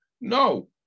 No